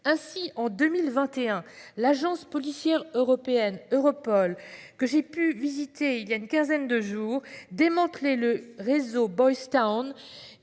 Ainsi en 2021, l'agence policière européenne Europol que j'ai pu visiter il y a une quinzaine de jours démanteler le réseau Boys Town,